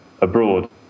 abroad